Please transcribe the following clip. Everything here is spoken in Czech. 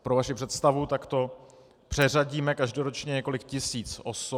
Pro vaši představu, takto přeřadíme každoročně několik tisíc osob.